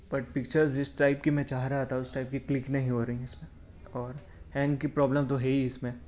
but picture جس type کی میں چاہ رہا تھا اس ٹائپ کی کلک نہیں ہو رہی ہیں اس میں اور ہینگ کی پروبلم تو ہے ہی اس میں